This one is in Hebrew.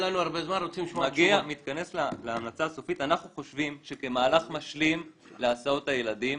אנחנו חושבים שכמהלך משלים להסעות הילדים